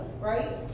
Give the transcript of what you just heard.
right